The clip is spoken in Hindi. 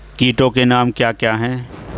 कीटों के नाम क्या हैं?